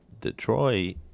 Detroit